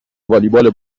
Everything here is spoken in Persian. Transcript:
والیبال